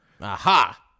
Aha